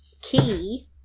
Key